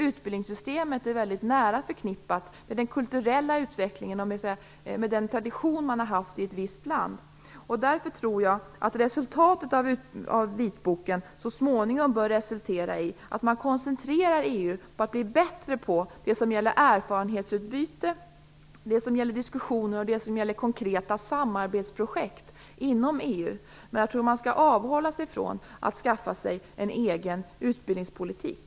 Utbildningssystemet är mycket nära förknippat med den kulturella utvecklingen och med den tradition som man har haft i ett visst land. Jag tror därför att vitboken så småningom bör resultera i att EU koncentrerar sig på att bli bättre på erfarenhetsutbyte och konkreta samarbetsprojekt inom EU. Jag tror att man skall avhålla sig från att skaffa sig en egen utbildningspolitik.